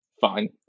Fine